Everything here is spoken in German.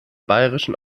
bayerischen